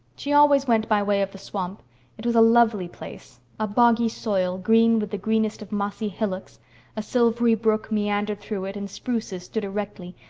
she always went by way of the swamp it was a lovely place a boggy soil, green with the greenest of mossy hillocks a silvery brook meandered through it and spruces stood erectly,